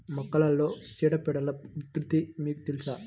మొక్కలలో చీడపీడల ఉధృతి మీకు తెలుసా?